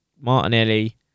Martinelli